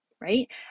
right